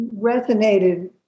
resonated